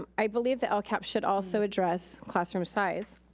um i believe the lcap should also address classroom size.